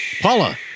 Paula